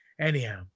anyhow